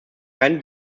keine